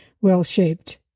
well-shaped